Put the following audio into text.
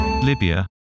Libya